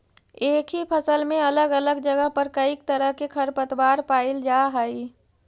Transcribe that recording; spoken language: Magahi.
एक ही फसल में अलग अलग जगह पर कईक तरह के खरपतवार पायल जा हई